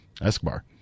Escobar